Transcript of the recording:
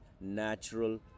natural